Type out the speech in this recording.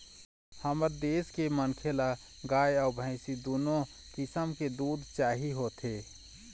हमर देश के मनखे ल गाय अउ भइसी दुनो किसम के दूद चाही होथे